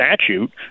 statute